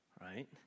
right